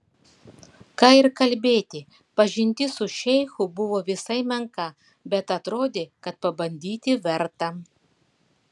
ką ir kalbėti pažintis su šeichu buvo visai menka bet atrodė kad pabandyti verta